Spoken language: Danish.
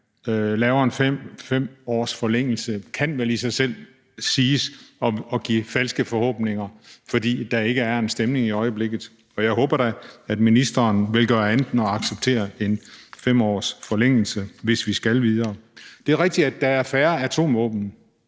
laver en 5 års forlængelse, kan vel i sig selv siges at give falske forhåbninger, fordi der ikke er stemning for at komme videre i øjeblikket. Jeg håber da, at ministeren vil gøre andet end at acceptere en 5 års forlængelse, hvis vi skal videre. Det er rigtigt, at der er færre atomvåben,